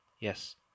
Yes